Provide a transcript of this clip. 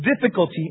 difficulty